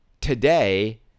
today